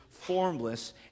formless